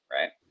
Right